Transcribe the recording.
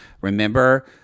Remember